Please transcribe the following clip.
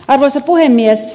arvoisa puhemies